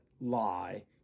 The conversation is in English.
lie